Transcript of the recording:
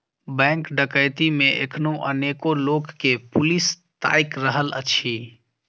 bank डकैती मे एखनो अनेको लोक के पुलिस ताइक रहल अछि